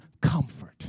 comfort